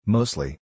Mostly